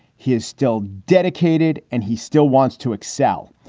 he is still dedicated and he still wants to excel.